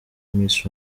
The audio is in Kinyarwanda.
miss